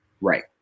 Right